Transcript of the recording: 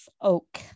oak